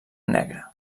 negre